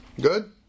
Good